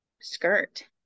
skirt